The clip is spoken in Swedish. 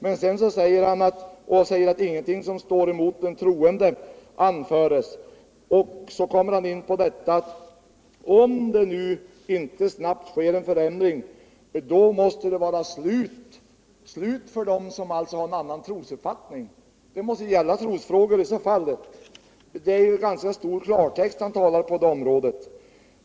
Men sedan säger Hans Gustafsson att ingenting som står emot den troende anfördes. Och därefter yttrar han: Om det inte snabbt sker en förändring, måste det vara slut. Slut alltså för den som har en annan trosuppfattning. I så fall måste det väl gälla trosfrågor. Det är ganska tydlig klartext Hans Gustafsson talar på detta område.